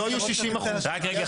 רק רגע.